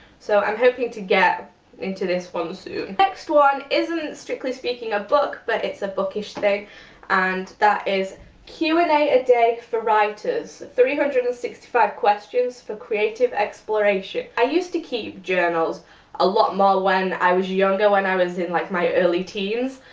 so i'm hoping to get into this one soon. the next one isn't strictly speaking a book but it's a bookish thing and that is q and a a day for writers three hundred and sixty five questions for creative exploration. i used to keep journals a lot more when i was younger, when i was in like my early teens,